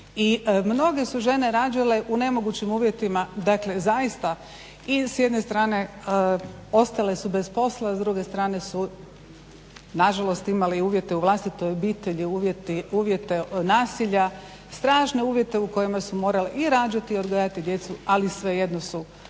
I mnoge su žene rađale u nemogućim uvjetima. Dakle, zaista i s jedne strane ostale su bez posla, a s druge strane su na žalost imale i uvjete u vlastitoj obitelji, uvjete nasilja, strašne uvjete u kojima su morale i rađati i odgajati djecu, ali svejedno su